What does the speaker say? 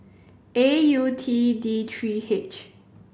A U T D three H